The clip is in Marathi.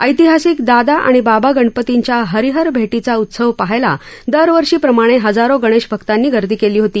ऐतिहासिक दादा आणि बाबा गणपतींच्या हरिहर भेटीचा उत्सव पाहायला दरवर्षीप्रमाणे हजारो गणेशभक्तांनी गर्दी केली होती